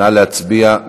נא להצביע.